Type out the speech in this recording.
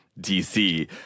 DC